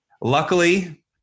Luckily